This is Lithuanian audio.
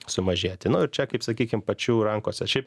sumažėti nu čia kaip sakykim pačių rankose šiaip